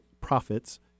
profits